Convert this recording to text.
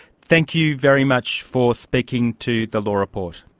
thank you very much for speaking to the law report.